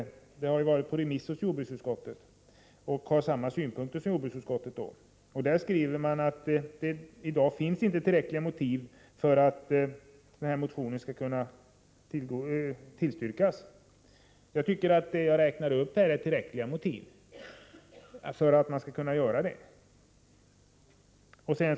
Frågan har varit på remiss hos jordbruksutskottet, och i sitt yttrande skriver man att det i dag inte finns tillräckliga motiv för att motionen skall tillstyrkas. Jag tycker att det jag har räknat upp är tillräckliga motiv för att man skall kunna tillstyrka motionen.